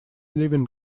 living